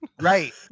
Right